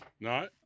No